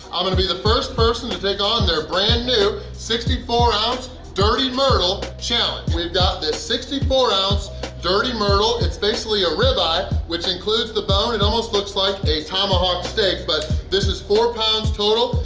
i'm gonna be the first person to take on their brand new sixty four ounce dirty myrtle challenge! we've got this sixty four ounce dirty myrtle it's basically a rib-eye which includes the bone it almost looks like a tomahawk steak. but this is four pounds total.